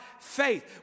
faith